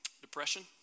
Depression